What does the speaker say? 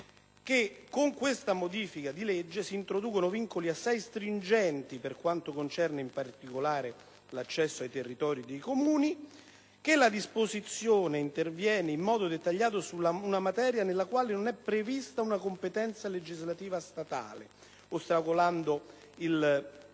con questa modifica di legge si introducono vincoli assai stringenti per quanto concerne, in particolare, l'accesso ai territori dei Comuni, segnalando che la disposizione interviene in modo dettagliato in una materia nella quale non è prevista una competenza legislativa statale, ostacolando il